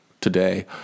today